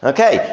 Okay